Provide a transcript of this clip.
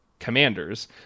commanders